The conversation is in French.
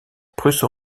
prusse